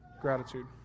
gratitude